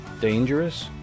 dangerous